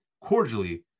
Cordially